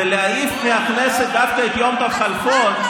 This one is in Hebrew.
ולהעיף מהכנסת דווקא את יום טוב כלפון,